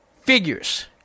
figures